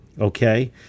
Okay